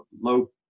low